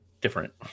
different